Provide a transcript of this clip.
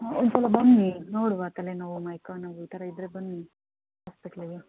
ಹಾಂ ಒಂದು ಸಲ ಬನ್ನಿ ನೋಡುವ ತಲೆನೋವು ಮೈಕೈ ನೋವು ಈ ಥರ ಇದ್ದರೆ ಬನ್ನಿ ಆಸ್ಪೆಟ್ಲಿಗೆ